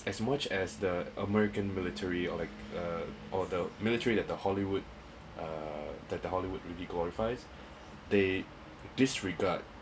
as much as the american military or like uh or the military that the hollywood uh that the hollywood really glorifies they disregard